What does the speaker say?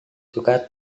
suka